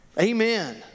Amen